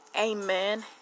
amen